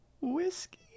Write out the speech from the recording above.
Whiskey